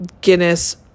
Guinness